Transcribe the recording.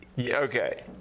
Okay